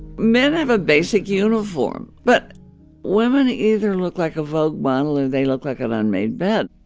men have a basic uniform, but women either look like a vogue model or they look like an unmade bed.